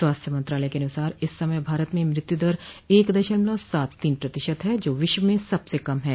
स्वास्थ्य मंत्रालय के अनुसार इस समय भारत में मत्युदर एक दशमलव सात तीन प्रतिशत है जो विश्व में सबसे कम है